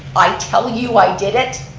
i tell you i did it.